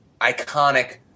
iconic